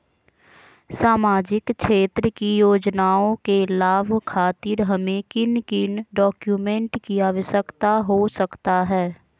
सामाजिक क्षेत्र की योजनाओं के लाभ खातिर हमें किन किन डॉक्यूमेंट की आवश्यकता हो सकता है?